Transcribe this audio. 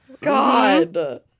God